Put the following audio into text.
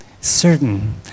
certain